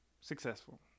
successful